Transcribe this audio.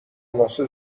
واسه